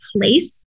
place